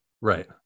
Right